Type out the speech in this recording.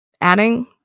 Adding